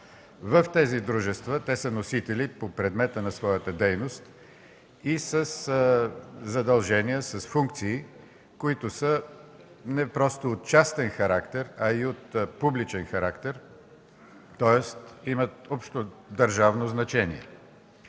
Тези дружества са носители, по предмета на своята дейност, и със задължения – с функции, които са не просто от частен характер, а и от публичен характер, тоест имат общодържавно значение.